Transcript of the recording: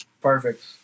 perfect